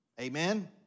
amen